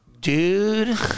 Dude